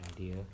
idea